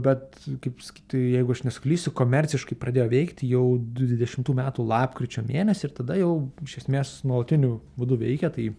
bet kaip sakyt jeigu aš nesuklysiu komerciškai pradėjo veikt jau du dvidešimtų metų lapkričio mėnesį ir tada jau iš esmės nuotoliniu būdu veikia tai